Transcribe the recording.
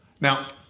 Now